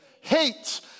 Hate